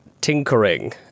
tinkering